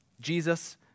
Jesus